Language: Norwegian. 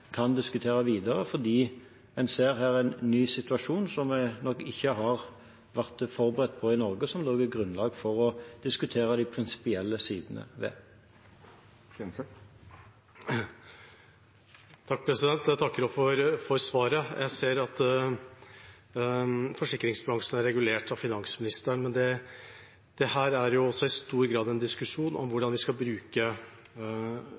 kan diskutere videre, for en ser her en ny situasjon som vi nok ikke har vært forberedt på i Norge, og som det også er grunnlag for å diskutere de prinsipielle sidene ved. Jeg takker for svaret. Jeg ser at forsikringsbransjen er regulert av finansministeren, men dette er i stor grad en diskusjon om